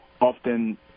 often